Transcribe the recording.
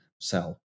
sell